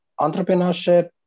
Entrepreneurship